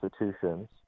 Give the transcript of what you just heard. institutions